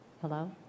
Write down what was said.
Hello